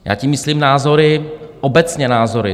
Já tím myslím názory, obecně názory.